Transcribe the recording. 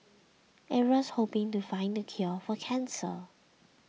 everyone's hoping to find the cure for cancer